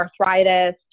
arthritis